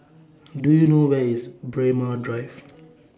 Do YOU know Where IS Braemar Drive